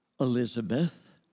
Elizabeth